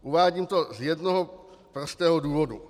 Uvádím to z jednoho prostého důvodu.